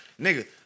Nigga